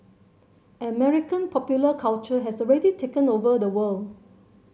American popular culture has already taken over the world